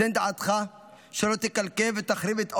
תן דעתך שלא תקלקל ותחריב את עולמי,